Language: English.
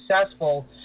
successful